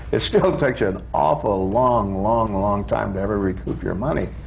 it still takes you an awful long, long, long time to ever recoup your money.